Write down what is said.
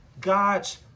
God's